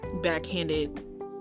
backhanded